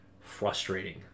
frustrating